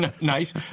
Nice